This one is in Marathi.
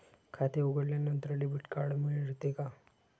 खाते उघडल्यानंतर डेबिट कार्ड मिळते का?